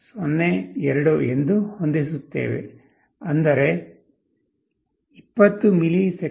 02 ಎಂದು ಹೊಂದಿಸುತ್ತೇವೆ ಅಂದರೆ 20 ಮಿಲಿಸೆಕೆಂಡುಗಳು